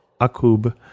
Akub